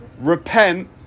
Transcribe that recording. repent